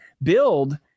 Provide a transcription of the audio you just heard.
build